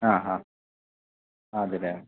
ആ ആ അതെ അല്ലേ